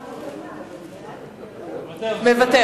מוותר.